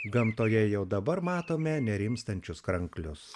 gamtoje jau dabar matome nerimstančius kranklius